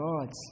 gods